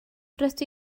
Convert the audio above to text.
rydw